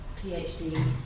PhD